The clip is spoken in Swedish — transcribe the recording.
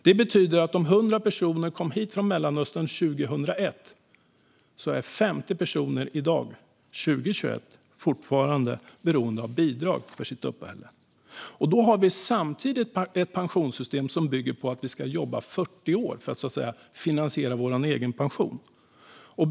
Det betyder att om 100 personer kom hit från Mellanöstern 2001 är 50 personer i dag, 2021, fortfarande beroende av bidrag för sitt uppehälle. Då har vi samtidigt ett pensionssystem som bygger på att vi ska jobba i 40 år för att finansiera vår egen pension.